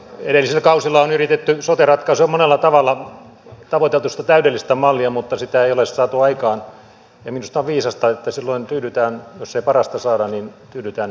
edellisillä kausilla on yritetty sote ratkaisua monella tavalla tavoiteltu sitä täydellistä mallia mutta sitä ei ole saatu aikaan ja minusta on viisasta että silloin tyydytään jos ei parasta saada hyvään